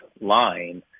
line